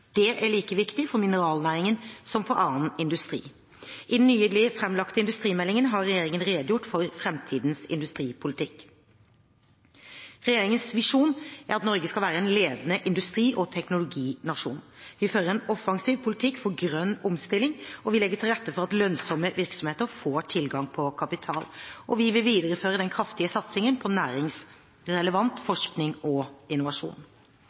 Det er like viktig for mineralnæringen som for annen industri. I den nylig framlagte industrimeldingen har regjeringen redegjort for framtidens industripolitikk. Regjeringens visjon er at Norge skal være en ledende industri- og teknologinasjon. Vi fører en offensiv politikk for grønn omstilling, vi legger til rette for at lønnsomme virksomheter får tilgang på kapital, og vi vil videreføre den kraftige satsingen på næringsrelevant forskning og innovasjon.